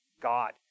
God